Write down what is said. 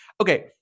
Okay